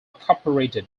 cooperated